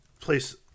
place